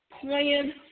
Plan